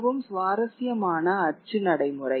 மிகவும் சுவாரஸ்யமான அச்சு நடைமுறை